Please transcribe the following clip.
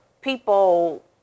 People